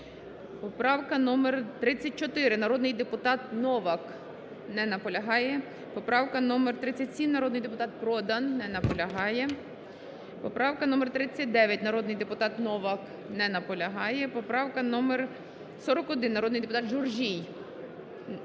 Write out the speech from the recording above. Поправка номер 34, народний депутат Новак не наполягає. Поправка номер 37, народний депутат Продан. Не наполягає. Поправка номер 39, народний депутат Новак. Не наполягає. Поправка номер 41, народний депутат Журжій. Не наполягає.